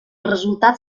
resultat